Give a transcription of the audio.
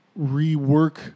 rework